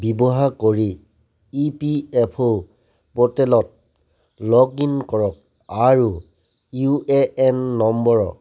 ব্য়ৱহাৰ কৰি E P F O প'ৰ্টেলত লগ ইন কৰক আৰু ইউ এ এন নম্বৰত